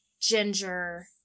ginger